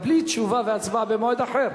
קבלי תשובה והצבעה במועד אחר.